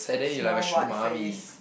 small white face